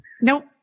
Nope